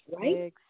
Right